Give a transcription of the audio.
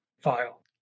file